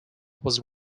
was